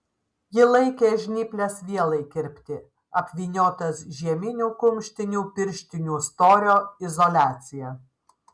ji laikė žnyples vielai kirpti apvyniotas žieminių kumštinių pirštinių storio izoliacija